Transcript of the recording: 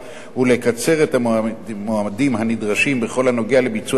ולקצר את המועדים הנדרשים בכל הנוגע לביצוע